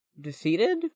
defeated